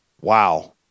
Wow